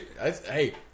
hey